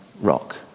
rock